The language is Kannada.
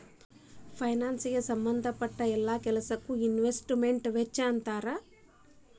ಫೈನಾನ್ಸಿಗೆ ಸಂಭದ್ ಪಟ್ಟ್ ಯೆಲ್ಲಾ ಕೆಲ್ಸಕ್ಕೊ ಇನ್ವೆಸ್ಟ್ ಮೆಂಟ್ ಸರ್ವೇಸ್ ಅಂತಾರ